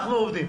אנחנו עובדים.